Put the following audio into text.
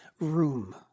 room